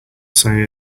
say